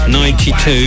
92